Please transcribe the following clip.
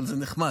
אבל זה נחמד.